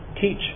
teach